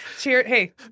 Hey